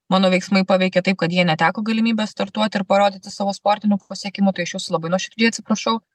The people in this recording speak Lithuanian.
mano veiksmai paveikė taip kad jie neteko galimybės startuoti ir parodyti savo sportinių pasiekimų tai aš jūsų labai nuoširdžiai atsiprašau